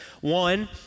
One